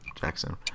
Jackson